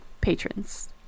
patrons